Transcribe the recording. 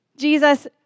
Jesus